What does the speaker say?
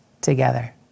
together